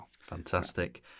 fantastic